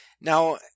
Now